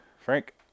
Frank